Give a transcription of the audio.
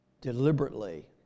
deliberately